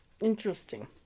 Interesting